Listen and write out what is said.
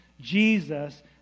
Jesus